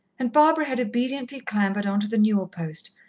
and barbara had obediently clambered on to the newel-post,